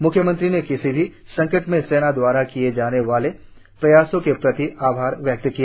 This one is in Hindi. म्ख्यमंत्री ने किसी भी संकट में सेना द्वारा किए जाने वाले प्रयासों के प्रति आभार व्यक्त किया